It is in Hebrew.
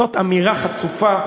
זאת אמירה חצופה.